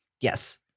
Yes